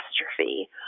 Catastrophe